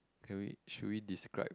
can we should we describe